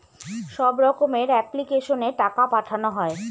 সব রকমের এপ্লিক্যাশনে টাকা পাঠানো হয়